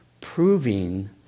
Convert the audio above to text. proving